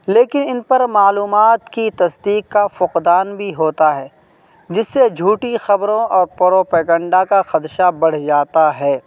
لیکن ان پر معلومات کی تصدیق کا فقدان بھی ہوتا ہے جس سے جھوٹی خبروں اور پروپیگنڈہ کا خدشہ بڑھ جاتا ہے